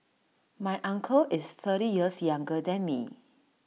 my uncle is thirty years younger than me